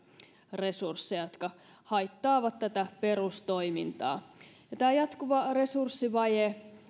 resursseja jotka haittaavat tätä perustoimintaa tämä jatkuva resurssivaje